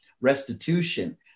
restitution